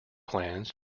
plans